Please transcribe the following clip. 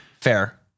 Fair